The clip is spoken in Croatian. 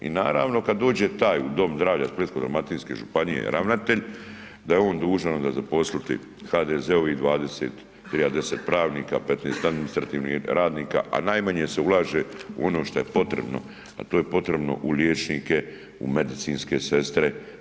I naravno kad dođe u taj Dom zdravlja Splitsko-dalmatinske županije ravnatelj da je on dužan onda zaposliti HDZ-ovih 20, ... 10 pravnika, 15 administrativnih radnika a najmanje se ulaže u ono što je potrebno a to je potrebno u liječnike, u medicinske sestre.